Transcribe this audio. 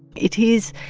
it is,